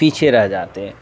پیچھے رہ جاتے ہیں